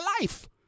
life